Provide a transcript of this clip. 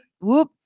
Whoop